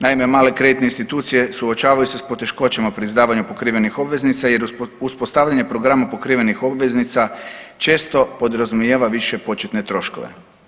Naime male kreditne institucije suočavaju se sa poteškoćama pri izdavanju pokrivenih obveznica jer uspostavljanje programa pokrivenih obveznica često podrazumijeva više početne troškove.